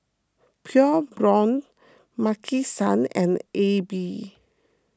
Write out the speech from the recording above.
Pure Blonde Maki San and Aibi